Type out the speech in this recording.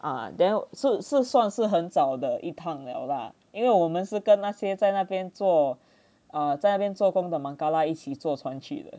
then 是是算是很早的一趟了啦因为我们是跟那些在那边做啊在那边做工的 bangla 一起坐船去的